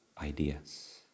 ideas